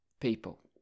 people